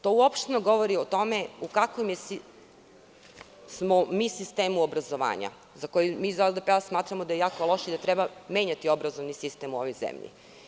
To uopšteno govori o tome u kakvom smo mi sistemu obrazovanja, za koji mi iz LDP smatramo da je jako loš i da treba menjati obrazovni sistem u ovoj zemlji.